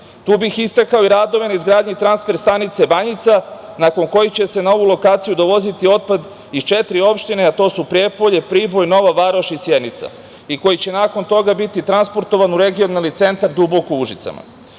Tu bih istakao i radove na izgradnji transfer stanice Banjica nakon kojih će se na ovu lokaciju dovoziti otpad iz četiri opštine, a to su Prijepolje, Priboj, Nova Varoš i Sjenica i koji će nakon toga biti transportovan u regionalni centar Duboko u Užicu.